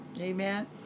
Amen